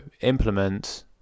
implement